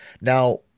now